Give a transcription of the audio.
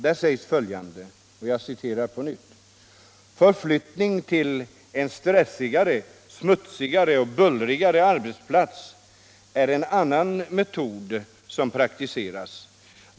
Där sägs följande: ”Förflyttning till en stressigare, smutsigare och bullrigare arbetsplats är en annan metod som praktiseras.